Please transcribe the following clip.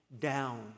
down